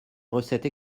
recettes